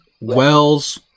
Wells